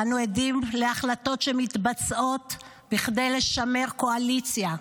אנו עדים להחלטות שמתבצעות כדי לשמר קואליציה,